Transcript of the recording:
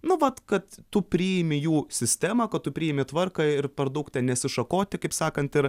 nu vat kad tu priimi jų sistemą kad tu priimi tvarką ir per daug ten nesišakoti kaip sakant ir